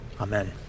Amen